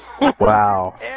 Wow